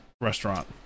restaurant